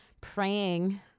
praying